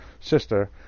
sister